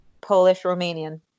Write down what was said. Polish-Romanian